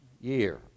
year